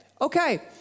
Okay